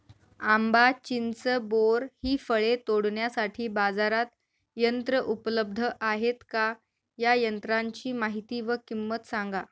आंबा, चिंच, बोर हि फळे तोडण्यासाठी बाजारात यंत्र उपलब्ध आहेत का? या यंत्रांची माहिती व किंमत सांगा?